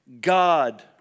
God